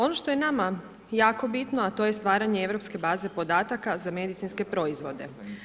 Ono što je nama jako bitno a to je stvaranje europske baze podataka za medicinske proizvode.